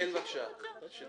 אני